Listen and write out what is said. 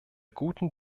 guten